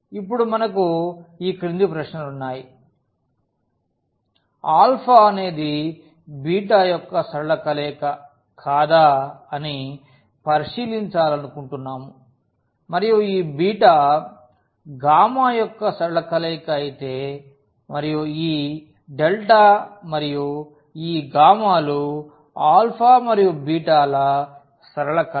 ఇప్పుడు మనకు ఈ క్రింది ప్రశ్నలు ఉన్నాయి అనేది యొక్క సరళ కలయిక కాదా అని పరిశీలించాలనుకుంటున్నాము మరియు ఈ బీటా యొక్క సరళ కలయిక అయితే మరియు ఈ మరియు ఈ లు మరియు ల సరళ కలయిక అవుతాయి